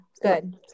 good